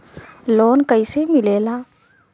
Loan कईसे मिलेला?